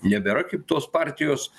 nebėra kaip tos partijos